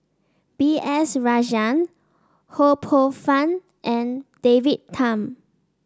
B S Rajhans Ho Poh Fun and David Tham